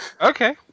Okay